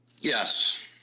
Yes